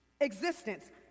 existence